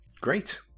Great